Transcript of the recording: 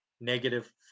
Negative